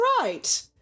right